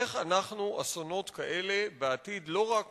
איך אנחנו מונעים אסונות כאלה בעתיד, לא רק